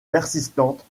persistantes